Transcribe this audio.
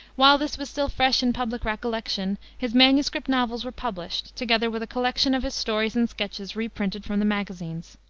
while this was still fresh in public recollection his manuscript novels were published, together with a collection of his stories and sketches reprinted from the magazines.